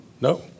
No